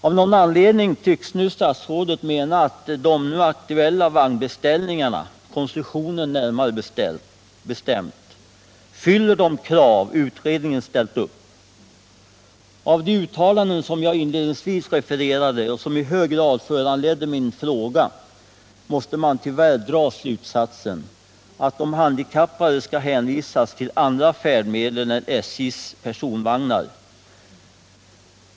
Av någon anledning tycks nu statsrådet mena att den aktuella vagnkonstruktionen fyller de krav utredningen ställt upp. Av de uttalanden som jag inledningsvis refererade — och som i hög grad föranledde min fråga — måste man tyvärr dra slutsatsen att de handikappade skall hänvisas till andra färdmedel än SJ:s personvagnar.